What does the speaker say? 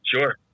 sure